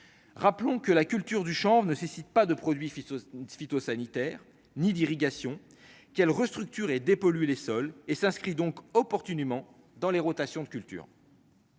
rappelons que la culture du chanvre ne suscite pas de produits phyto-phytosanitaires ni d'irrigation qu'elle restructure et dépolluer les sols et s'inscrit donc opportunément dans les rotations de culture.